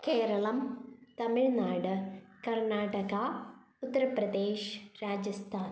Keralam Tamil Nadu Karnataka Uttar Pradesh Rajasthan